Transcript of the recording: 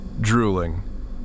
drooling